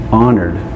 honored